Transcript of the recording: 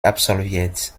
absolviert